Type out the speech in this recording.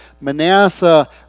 Manasseh